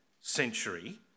century